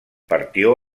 partió